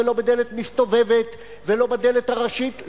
ולא בדלת מסתובבת ולא בדלת הראשית,